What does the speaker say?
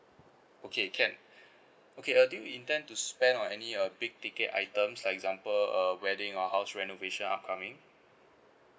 okay can okay uh do you intend to spend on any uh big ticket items like example a wedding or house renovation upcoming